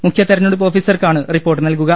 മുഖ്യ തെരഞ്ഞെടുപ്പ് ഓഫീസർക്കാണ് റിപ്പോർട്ട് നൽകുക